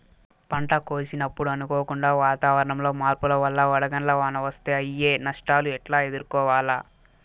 పంట కోసినప్పుడు అనుకోకుండా వాతావరణంలో మార్పుల వల్ల వడగండ్ల వాన వస్తే అయ్యే నష్టాలు ఎట్లా ఎదుర్కోవాలా?